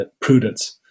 prudence